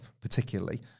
particularly